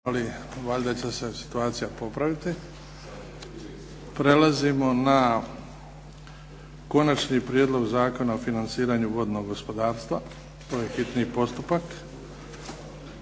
**Bebić, Luka (HDZ)** Prelazimo na Konačni prijedlog Zakona o financiranju vodnog gospodarstva, bio je hitni postupak,